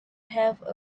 have